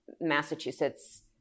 Massachusetts